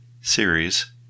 series